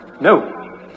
No